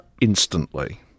instantly